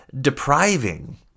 depriving